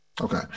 Okay